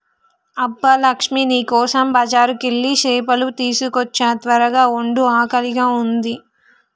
అబ్బ లక్ష్మీ నీ కోసం బజారుకెళ్ళి సేపలు తీసుకోచ్చా త్వరగ వండు ఆకలిగా ఉంది